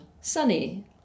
sunny